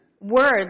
word